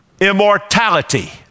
Immortality